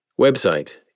Website